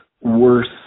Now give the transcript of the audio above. worse